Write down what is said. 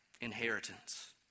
inheritance